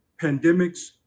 pandemics